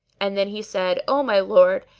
and then he said, o my lord,